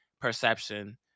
perception